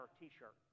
t-shirt